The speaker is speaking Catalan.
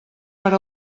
per